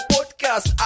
Podcast